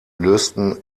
lösten